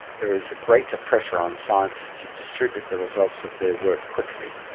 there is a greater pressure on scientists to distribute the results of their work quickly.